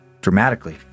dramatically